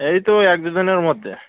এই তো এক দু দিনের মধ্যে